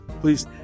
Please